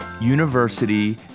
university